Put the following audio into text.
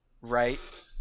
right